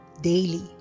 daily